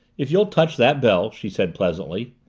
if you'll touch that bell, she said pleasantly.